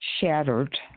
Shattered